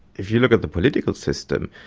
if you look at the political system,